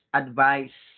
advice